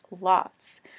lots